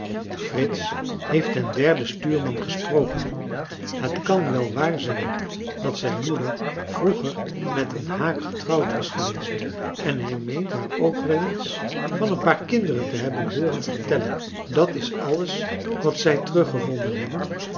frits heeft den derden stuurman gesproken het kan wel waar zijn dat zijn moeder vroeger met een haak getrouwd was geweest en hij meent haar ook wel eens van een paar kinderen te hebben hooren vertellen dat is alles wat zij teruggevonden hebben